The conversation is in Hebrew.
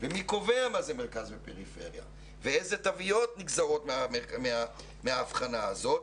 ומי קובע מה זה מרכז ופריפריה ואיזה תוויות נגזרות מההבחנה הזאת.